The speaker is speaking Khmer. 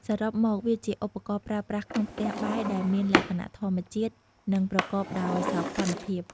សរុបមក វាជាឧបករណ៍ប្រើប្រាស់ក្នុងផ្ទះបាយដែលមានលក្ខណៈធម្មជាតិ និងប្រកបដោយសោភ័ណភាព។